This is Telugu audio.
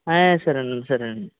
ఆయ్ సరేనండి సరేనండి